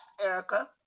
Erica